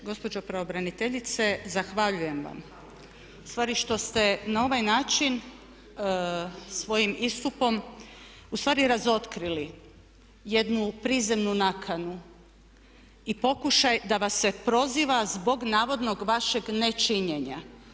Gospođo pravobraniteljice zahvaljujem vam ustvari što ste na ovaj način svojim istupom ustavi razotkrili jednu prizemnu nakanu i pokušaj da vas se proziva zbog navodnog vašeg nečinjenja.